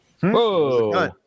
Whoa